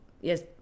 yes